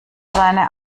seine